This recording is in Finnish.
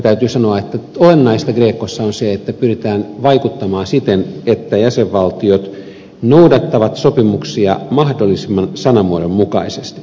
täytyy sanoa että olennaista grecossa on se että pyritään vaikuttamaan siten että jäsenvaltiot noudattavat sopimuksia mahdollisimman tarkasti sanamuodon mukaisesti